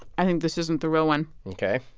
i think this isn't the real one ok.